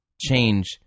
change